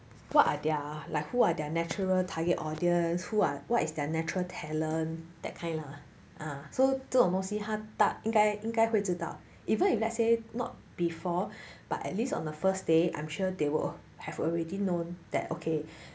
what are their like who are their natural target audience who or what is their natural talent that kind lah ah so 这种东西他大应该应该会知道 even if let's say not before but at least on the first day I'm sure they would have already known that okay